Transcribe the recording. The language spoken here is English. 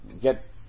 get